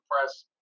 press